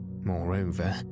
Moreover